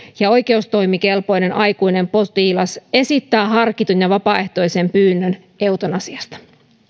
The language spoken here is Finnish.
ja oikeustoimikelpoinen aikuinen potilas esittää harkitun ja vapaaehtoisen pyynnön eutanasiasta